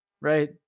Right